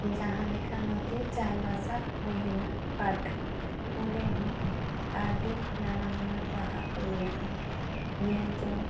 ᱡᱟᱦᱟᱸ ᱞᱮᱠᱟ ᱱᱚᱛᱮ ᱪᱟᱭᱵᱟᱥᱟ ᱦᱩᱭᱱᱟ ᱯᱟᱨᱠ ᱚᱸᱰᱮᱦᱚᱸ ᱟᱹᱰᱤ ᱱᱟᱱᱟᱦᱩᱱᱟᱹᱨ ᱵᱟᱦᱟ ᱠᱚ ᱢᱮᱱᱟᱜᱼᱟ ᱧᱮᱞᱡᱚᱝ